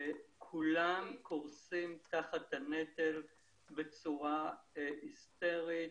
כולם קורסים תחת הנטל בצורה היסטרית.